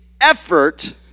effort